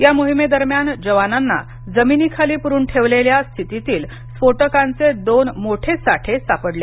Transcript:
या मोहिमेदरम्यान जवानांना जमिनीखाली पुरून ठेवलेल्या स्थितीतील स्फोटकांचे दोन मोठे साठे सापडले